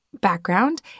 Background